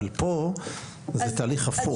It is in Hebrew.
אבל כאן זה תהליך הפוך.